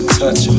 touch